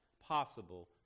possible